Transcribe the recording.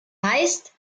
heißt